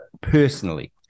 personally